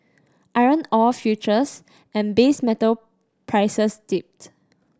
iron ore futures and base metal prices dipped